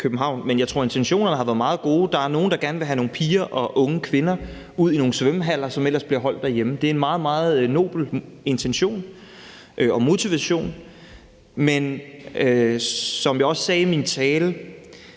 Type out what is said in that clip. men jeg tror, at intentionerne har været meget gode. Der er nogle, der gerne vil have nogle piger og unge kvinder, som ellers bliver holdt derhjemme, ud i nogle svømmehaller. Det er en meget, meget nobel intention og motivation, men som jeg også sagde i min tale,